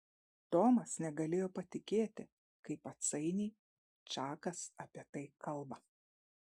tomas negalėjo patikėti kaip atsainiai čakas apie tai kalba